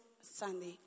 Sunday